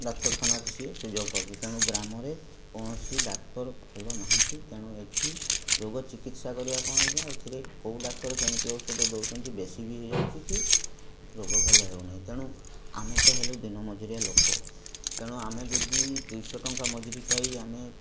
ଡାକ୍ତର ଖାନାରେ ସିଏ ସୁଯୋଗ ପାଇକି ତେଣୁ ଗ୍ରାମରେ କୌଣସି ଡାକ୍ତର ଭଲ ନାହାଁନ୍ତି ତେଣୁ ଏଇଠି ରୋଗ ଚିକିତ୍ସା କରିବେ କ'ଣ ଆଜ୍ଞା ଏଥିରେ କେଉଁ ଡାକ୍ତର କେମିତି ଔଷଧ ଦଉଛନ୍ତି ବେଶିବି ହେଇଯାଉଛି କି ରୋଗ ଭଲ ହେଉନାହିଁ ତେଣୁ ଆମେତ ହେଲୁ ଦିନ ମଜୁରିଆ ଲୋକ ତେଣୁ ଆମେ ଯଦି ଦୁଇଶହ ଟଙ୍କା ମଜୁରୀ ପାଇ ଆମେ